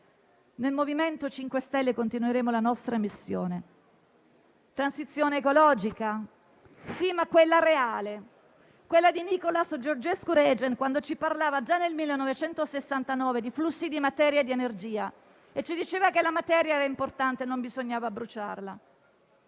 Nel Movimento 5 Stelle continueremo la nostra missione. Transizione ecologica? Sì, ma quella reale, quella di Nicholas Georgescu-Roegen quando ci parlava, già nel 1969, di flussi di materia e di energia e ci diceva che la materia era importante e non bisognava bruciarla.